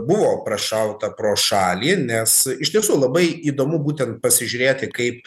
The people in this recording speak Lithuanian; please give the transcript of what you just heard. buvo prašauta pro šalį nes iš tiesų labai įdomu būtent pasižiūrėti kaip